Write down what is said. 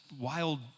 wild